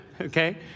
Okay